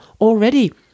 already